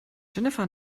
jennifer